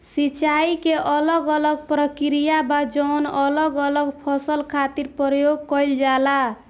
सिंचाई के अलग अलग प्रक्रिया बा जवन अलग अलग फसल खातिर प्रयोग कईल जाला